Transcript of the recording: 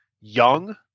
young